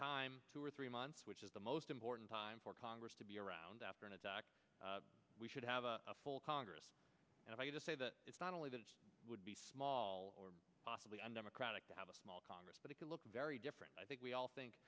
time two or three months which is the most important time for congress to be around after an attack we should have a full congress and i say that it's not only that it would be small or possibly undemocratic to have a small congress but if you look very different i think we all think